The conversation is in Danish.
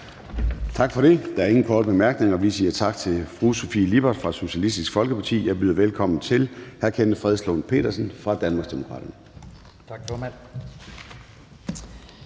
Tak for det. Der er ingen korte bemærkninger. Vi siger tak til fru Sofie Lippert fra Socialistisk Folkeparti. Jeg byder velkommen til hr. Kenneth Fredslund Petersen fra Danmarksdemokraterne. Kl.